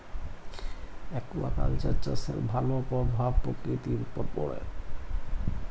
aquaculture চাষের ভালো পরভাব পরকিতির উপরে পড়ে